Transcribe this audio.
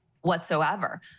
whatsoever